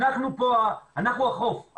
אנחנו החוק,